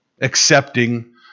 Accepting